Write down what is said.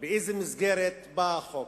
באיזו מסגרת בא החוק.